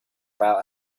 about